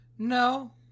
no